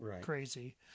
crazy